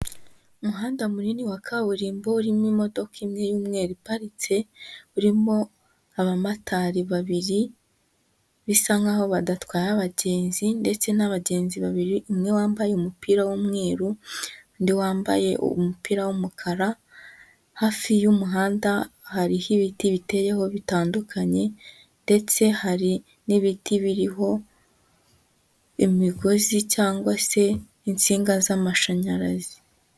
Umuhanda munini wa kaburimbo urimo imodoka imwe y'umweru iparitse, urimo abamotari babiri bisa nkaho badatwaye abagenzi ndetse n'abagenzi babiri, umwe wambaye umupira w'umweru, undi wambaye umupira w'umukara, hafi y'umuhanda hariho ibiti biteyeho bitandukanye ndetse hari n'ibiti biriho imigozi cyangwa se insinga z'amashanyarazi.